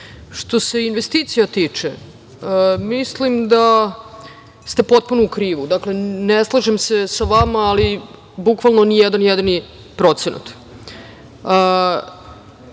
se investicija tiče, mislim da ste potpuno u krivu. Ne slažem se sa vama ali bukvalno ni jedan jedini procenat. Nemačke